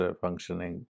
functioning